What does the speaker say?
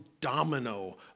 domino